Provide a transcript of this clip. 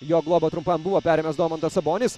jo globą trumpam buvo perėmęs domantas sabonis